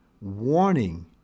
warning